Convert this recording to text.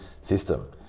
system